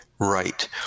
Right